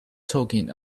talking